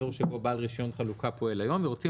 אזור שבו בעל רישיון חלוקה פועל היום ורוצים